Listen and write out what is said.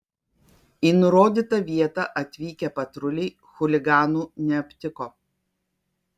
į nurodytą vietą atvykę patruliai chuliganų neaptiko